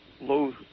low